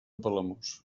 palamós